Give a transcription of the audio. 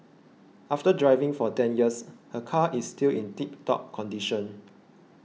after driving for ten years her car is still in tip top condition